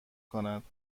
کند